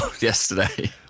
yesterday